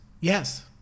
Yes